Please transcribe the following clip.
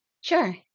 Sure